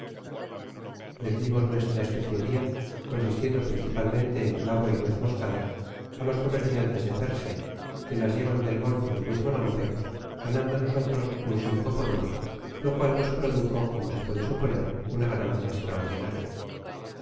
vendimos nuestra especieria consistiendo principalmente en clavo y nuez moscada á los comerciantes de persia que las llevaban del golfo del mismo nombre ga nando nosotros un cinco por uno lo cual nos produjo como se puede suponer una ganancia estraordinaria